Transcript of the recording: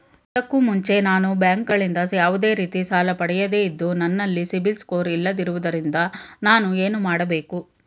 ಇದಕ್ಕೂ ಮುಂಚೆ ನಾನು ಬ್ಯಾಂಕ್ ಗಳಿಂದ ಯಾವುದೇ ರೀತಿ ಸಾಲ ಪಡೆಯದೇ ಇದ್ದು, ನನಲ್ಲಿ ಸಿಬಿಲ್ ಸ್ಕೋರ್ ಇಲ್ಲದಿರುವುದರಿಂದ ನಾನು ಏನು ಮಾಡಬೇಕು?